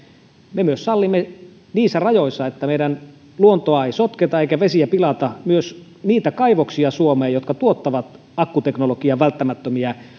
me sallimme myös niissä rajoissa että meidän luontoa ei sotketa eikä vesiä pilata suomeen niitä kaivoksia jotka tuottavat akkuteknologiaan välttämättömiä